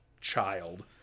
child